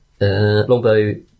Longbow